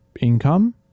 income